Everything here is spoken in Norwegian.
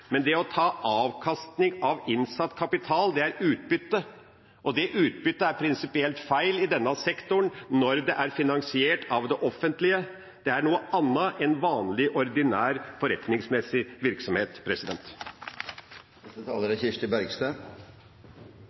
men det å ta avkastning av innsatt kapital er utbytte, og det utbyttet er prinsipielt feil i denne sektoren, når det er finansiert av det offentlige. Det er noe annet enn vanlig, ordinær, forretningsmessig virksomhet.